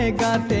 ah god!